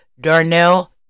Darnell